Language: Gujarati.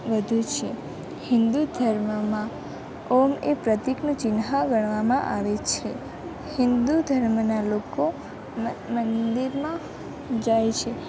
વધુ છે હિન્દુ ધર્મમાં ઓમ એ પ્રતીકનું ચિહ્ન ગણવામાં આવે છે હિન્દુ ધર્મનાં લોકો મંદિરમાં જાય છે